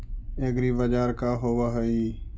एग्रीबाजार का होव हइ?